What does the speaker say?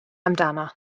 amdano